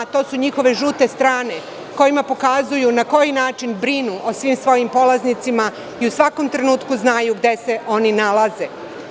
To su njihove žute strane kojima pokazuju na koji način brinu o svim svojim polaznicima i u svakom trenutku znaju gde se oni nalaze.